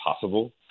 possible